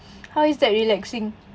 how is that relaxing